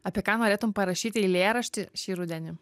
apie ką norėtum parašyti eilėraštį šį rudenį